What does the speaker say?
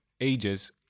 ages